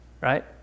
Right